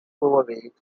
overweight